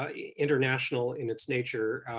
ah yeah international in its nature,